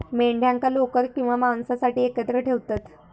मेंढ्यांका लोकर किंवा मांसासाठी एकत्र ठेवतत